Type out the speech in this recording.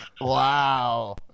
Wow